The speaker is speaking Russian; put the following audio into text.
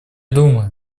думаю